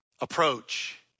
approach